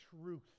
truth